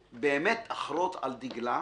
ואני מקווה שזאת תהיה המפלגה שלי שבאמת תחרוט על דלגה